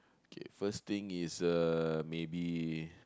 K first thing is uh maybe